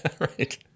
Right